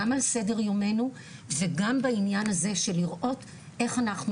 על סדר יומנו וגם בעניין הזה של לראות איך אנחנו